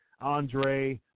Andre